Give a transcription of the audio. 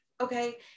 okay